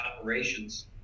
operations